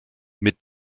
mit